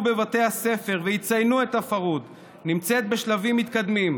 בבתי הספר ויציינו את הפרהוד נמצאת בשלבים מתקדמים,